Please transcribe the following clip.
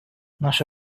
наше